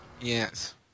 Yes